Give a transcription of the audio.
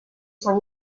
son